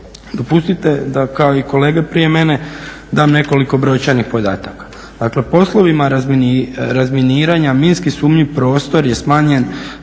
Dopustite da kao i kolege prije mene dam nekoliko brojčanih podataka. Dakle poslovima razminiranja minski sumnjiv prostor je smanjen